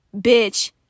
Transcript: bitch